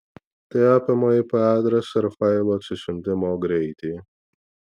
tai apima ip adresą ir failų atsisiuntimo greitį